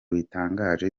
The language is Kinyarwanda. bitangaje